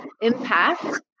impact